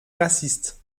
racistes